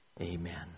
amen